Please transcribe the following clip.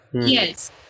yes